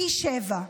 פי שבעה.